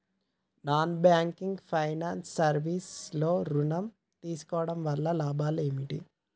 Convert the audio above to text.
Non banking finance service లో ఋణం తీసుకోవడం వల్ల లాభాలు ఏమిటి?